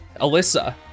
Alyssa